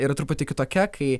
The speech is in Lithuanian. ir truputį kitokia kai